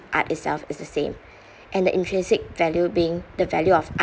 art itself is the same and the intrinsic value being the value of art